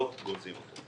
לא גונזים אותו,